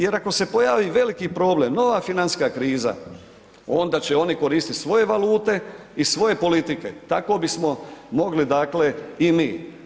Jer ako se pojavi veliki problem nova financijska kriza onda će oni koristiti svoje valute i svoje politike, tako bismo mogli dakle i mi.